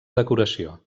decoració